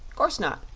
course not,